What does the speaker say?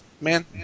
man